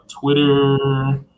Twitter